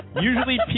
usually